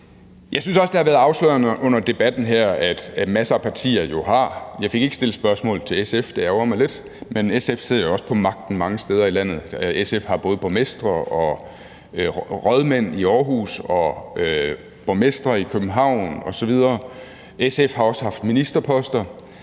Jeg synes også, det har været afslørende under debatten her, at masser af partier jo har muligheden. Og jeg fik ikke stillet spørgsmålet til SF, og det ærgrer mig lidt, men SF sidder jo også på magten mange steder i landet. SF har både borgmestre og rådmænd i Aarhus og borgmestre i København osv. SF har også haft ministerposter.